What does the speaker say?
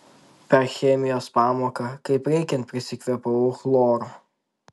per chemijos pamoką kaip reikiant prisikvėpavau chloro